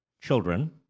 children